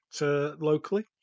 locally